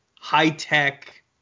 high-tech